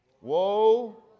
Woe